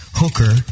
hooker